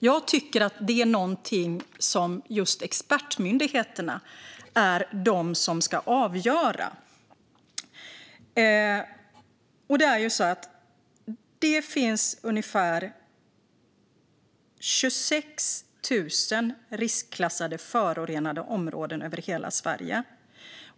Jag tycker att det är någonting som expertmyndigheterna ska avgöra. Det finns ungefär 26 000 riskklassade förorenade områden över hela Sverige.